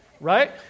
right